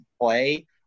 play